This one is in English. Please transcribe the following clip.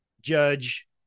Judge